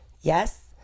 Yes